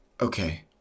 okay